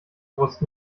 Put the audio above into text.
brust